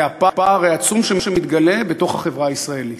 זה הפער העצום שמתגלה בתוך החברה הישראלית.